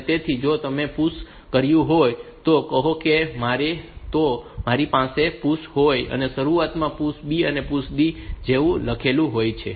તેથી જો તમે PUSH કર્યું હોય તો કહો કે જો તમારી પાસે PUSH હોય તો શરૂઆતમાં તમે PUSH B PUSH D જેવું લખ્યું હોય છે